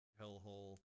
hellhole